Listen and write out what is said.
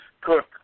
Cook